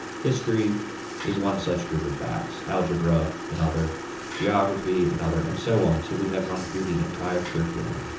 history is one such group of facts algebra another geography another, and so on till we have run through the entire curriculum.